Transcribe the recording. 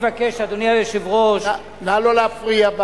נא לא להפריע.